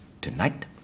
tonight